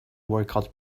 workout